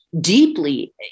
deeply